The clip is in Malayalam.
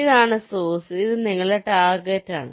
ഇതാണ് സോഴ്സ് ഇത് നിങ്ങളുടെ ടാർഗെറ്റാണ്